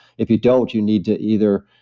if you don't, you need to either